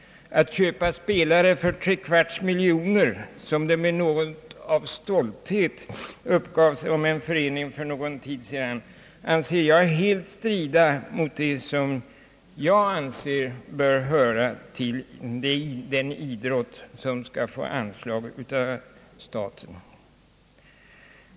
Att köpa spelare för tre kvarts miljoner kronor, som det med något av stolthet uppgavs om en förening för någon tid sedan, anser jag helt strida mot principerna för det slag av idrott som skall få anslag från staten.